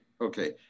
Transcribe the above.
okay